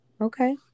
Okay